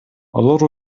алар